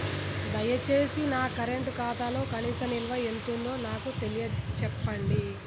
దయచేసి నా కరెంట్ ఖాతాలో కనీస నిల్వ ఎంతుందో నాకు తెలియచెప్పండి